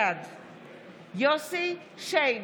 בעד יוסף שיין,